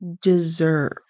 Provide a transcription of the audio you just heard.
deserve